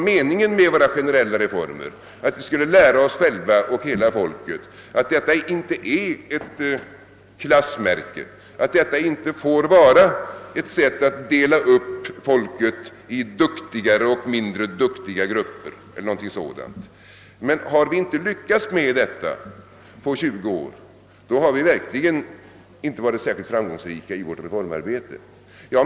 Meningen med våra generella reformer var ju att vi skulle lära oss själva och hela folket att detta inte är ett klassmärke, att detta inte får vara ett sätt att dela upp folket i duktigare och mindre duktiga grupper eller någonting sådant. Har vi inte lyckats härmed på 20 år, då har vi verkligen inte varit särskilt framgångsrika i vårt reformarbete.